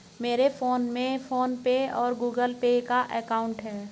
मेरे फोन में PhonePe और गूगल पे का अकाउंट है